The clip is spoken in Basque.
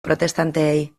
protestanteei